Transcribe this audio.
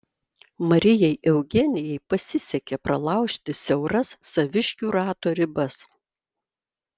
marijai eugenijai pasisekė pralaužti siauras saviškių rato ribas